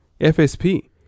FSP